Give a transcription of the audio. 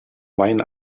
wein